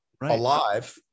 alive